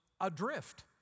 adrift